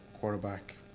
quarterback